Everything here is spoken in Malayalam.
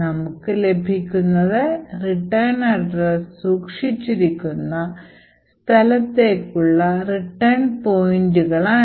നമുക്ക് ലഭിക്കുന്നത് റിട്ടേൺ അഡ്രസ് സൂക്ഷിച്ചിരിക്കുന്ന സ്ഥലത്തേക്കുള്ള റിട്ടേൺ പോയിന്റുകളാണ്